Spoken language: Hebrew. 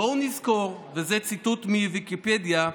בואו נזכור, וזה ציטוט מוויקיפדיה,